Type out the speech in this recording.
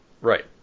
Right